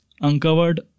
uncovered